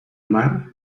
mar